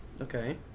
Okay